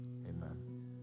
amen